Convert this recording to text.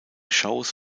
shows